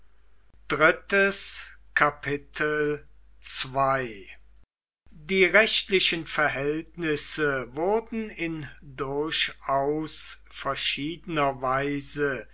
die rechtlichen verhältnisse wurden in durchaus verschiedener weise